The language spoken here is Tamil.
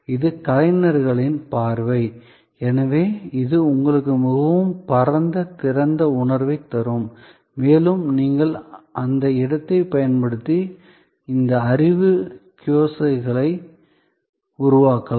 இது கலைஞர்களின் பார்வை எனவே இது உங்களுக்கு மிகவும் பரந்த திறந்த உணர்வைத் தரும் மேலும் நீங்கள் அந்த இடத்தைப் பயன்படுத்தி இந்த அறிவு கியோஸ்கை உருவாக்கலாம்